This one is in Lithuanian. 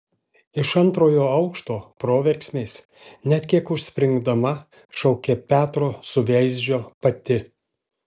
iš antrojo aukšto proverksmiais net kiek užspringdama šaukė petro suveizdžio pati